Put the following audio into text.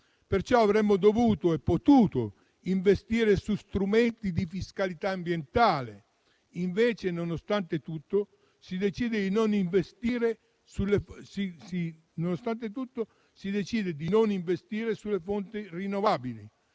Perciò avremmo dovuto e potuto investire su strumenti di fiscalità ambientale. Invece, nonostante tutto, si decide di non investire sulle fonti rinnovabili